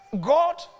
God